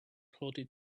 plodded